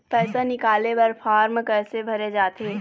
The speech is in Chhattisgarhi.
पैसा निकाले बर फार्म कैसे भरे जाथे?